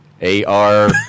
A-R